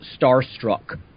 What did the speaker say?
starstruck